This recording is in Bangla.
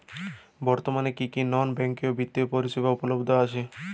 বর্তমানে কী কী নন ব্যাঙ্ক বিত্তীয় পরিষেবা উপলব্ধ আছে?